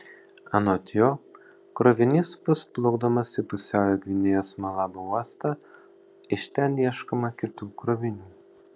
anot jo krovinys bus plukdomas į pusiaujo gvinėjos malabo uostą iš ten ieškoma kitų krovinių